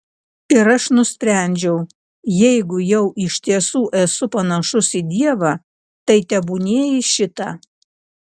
ir aš nusprendžiau jeigu jau iš tiesų esu panašus į dievą tai tebūnie į šitą